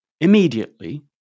immediately